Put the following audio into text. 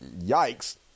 yikes